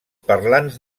parlants